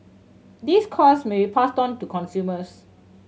these costs may be passed on to consumers